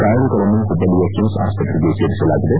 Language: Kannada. ಗಾಯಾಳುಗಳನ್ನು ಹುಬ್ಬಳ್ಳಿಯ ಕಿಮ್ಲ್ ಆಸ್ಪತ್ರೆಗೆ ಸೇರಿಸಲಾಗಿದೆ